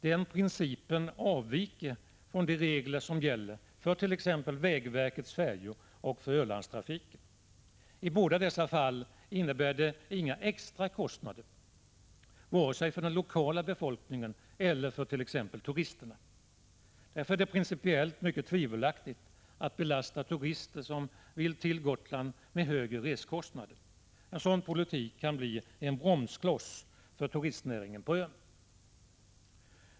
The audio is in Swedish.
Den principen avviker från de regler som gäller för t.ex. vägverkets färjor och för Ölandstrafiken. I båda dessa fall innebär det inga extra kostnader vare sig för den lokala befolkningen eller för t.ex. turisterna. Därför är det principiellt mycket tvivelaktigt att belasta turister som vill resa till Gotland med högre reskostnader. En sådan politik kan bli en bromskloss för turistnäringen på ön.